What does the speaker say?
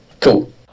cool